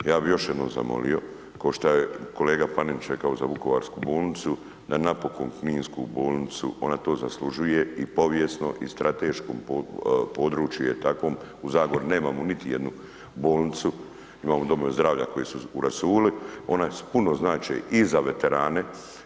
Ja bih još jednom zamolio kao što je kolega Panenić rekao za Vukovarsku bolnicu da napokon Kninsku bolnicu, ona to zaslužuje i povijesno i strateškom područje je takvo, u Zagori nemamo niti jednu bolnicu, imamo domove zdravlja koji su u rasulu, one puno znače i za veterane.